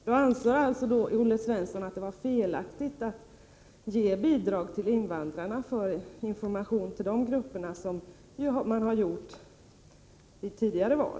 Herr talman! Anser Olle Svensson då att det var felaktigt att ge bidrag till invandrarna för information till de grupperna, som man har gjort vid tidigare val?